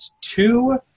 two